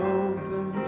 open